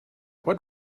what